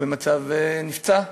בבקשה,